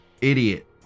idiot